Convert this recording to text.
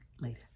Later